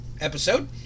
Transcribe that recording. episode